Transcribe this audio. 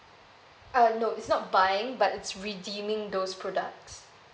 uh no it's not buying but it's redeeming those products